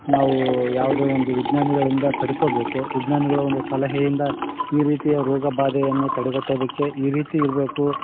ನಾವು ಯಾವುದೇ ಒಂದು ವಿಜ್ಞಾನಿಗಳಿಂದ ಪಡ್ಕೋಬೇಕು ವಿಜ್ಞಾನಿಗಳ ಒಂದು ಸಲಹೆಯಿಂದ ಈ ರೀತಿಯ ರೋಗ ಬಾಧೆಯನ್ನು ತಡೆಗಟ್ಟೋದಕ್ಕೆ ಈ ರೀತಿ ಇರಬೇಕು